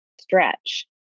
stretch